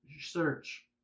search